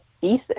decent